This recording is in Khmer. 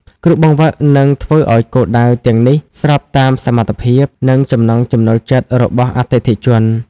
គ្រូបង្វឹកនឹងធ្វើឱ្យគោលដៅទាំងនេះស្របតាមសមត្ថភាព និងចំណង់ចំណូលចិត្តរបស់អតិថិជន។